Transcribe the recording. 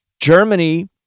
Germany